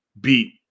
beat